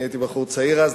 אני הייתי בחור צעיר אז,